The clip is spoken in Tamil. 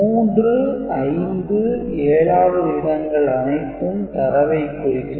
3 5 7 வது இடங்கள் அனைத்தும் தரவைக் குறிக்கும்